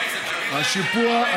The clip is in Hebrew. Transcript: השיפוע,